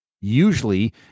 Usually